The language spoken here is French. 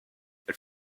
elle